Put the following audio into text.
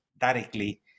directly